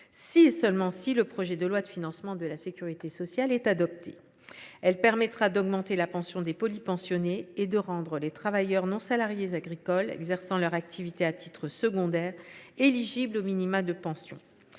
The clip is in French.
si et seulement si le projet de loi de financement de la sécurité sociale est adopté. Elle permettra d’augmenter la pension des polypensionnés et de rendre les travailleurs non salariés agricoles exerçant leur activité à titre secondaire éligibles aux minima de pension.